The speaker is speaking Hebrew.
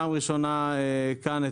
אז אני שומע על זה בפעם הראשונה כאן,